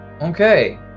okay